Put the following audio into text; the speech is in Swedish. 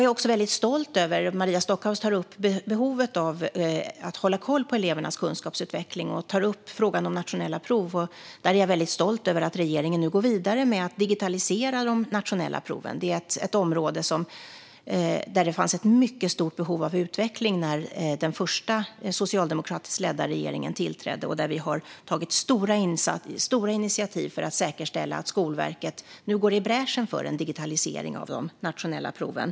Maria Stockhaus tar upp behovet av att hålla koll på elevernas kunskapsutveckling och frågan om nationella prov. Jag är väldigt stolt över att regeringen nu går vidare med att digitalisera de nationella proven. Detta är ett område där det fanns ett mycket stort behov av utveckling när den första socialdemokratiskt ledda regeringen tillträdde, och vi har tagit stora initiativ för att säkerställa att Skolverket nu går i bräschen för en digitalisering av de nationella proven.